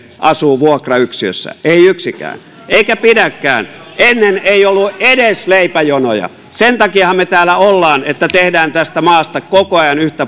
asuu vuokrayksiössä ei yksikään eikä pidäkään ennen ei ollut edes leipäjonoja sen takiahan me täällä olemme että tehdään tästä maasta koko ajan